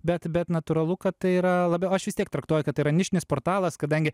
bet bet natūralu kad tai yra labiau aš vis tiek traktuoju kad yra nišinis portalas kadangi